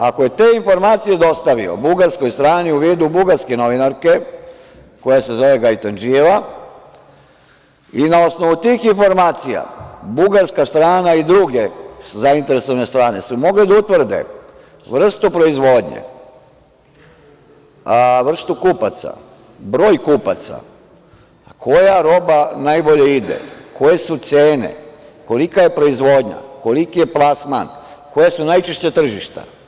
Ako je te informacije dostavio bugarskoj strani u vidu bugarske novinarke, koja se zove Gajtandžijeva, i na osnovu tih informacija bugarska strana i druge zainteresovane strane su mogle da utvrde vrstu proizvodnje, vrstu kupaca, broj kupaca, koja roba najbolje ide, koje su cene, kolika je proizvodnja, koliki je plasman, koje su najčešća tržišta.